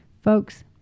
Folks